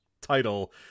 title